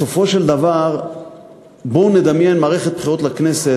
בסופו של דבר בואו נדמיין מערכת בחירות לכנסת